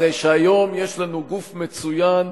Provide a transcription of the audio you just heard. והיום הרי יש לנו גוף מצוין,